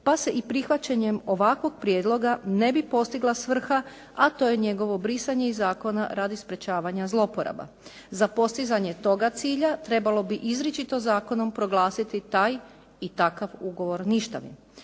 pa se i prihvaćanjem ovakvog prijedloga ne bi postigla svrha, a to je njegovo brisanje iz zakona radi sprečavanja zloporaba. Za postizanje toga cilja trebalo bi izričito zakonom proglasiti taj i takav ugovor ništavnim.